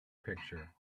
picture